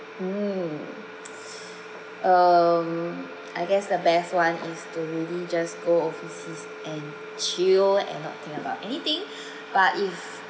mm um I guess the best one is to really just go overseas and chill and not think about anything but if